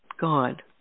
God